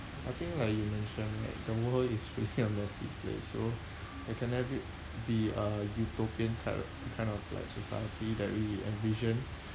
I think like you mentioned like the world is really a messy place so there can never be be a utopian type of kind of like society that we envision